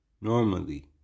normally